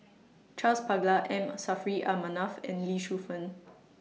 Charles Paglar M Saffri A Manaf and Lee Shu Fen